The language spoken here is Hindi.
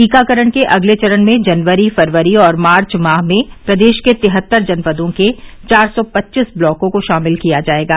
टीकाकरण के अगले चरण में जनवरी फरवरी और मार्च माह में प्रदेश के तिहत्तर जनपदों के चार सौ पच्चीस ब्लॉकों को शामिल किया जाएगा